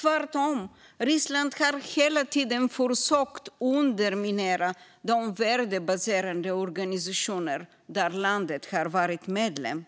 Tvärtom har Ryssland hela tiden försökt att underminera de värdebaserade organisationer där landet har varit medlem.